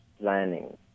planning